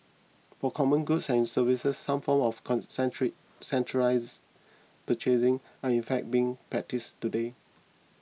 for common goods and services some forms of con century centralised purchasing are in fact being practised today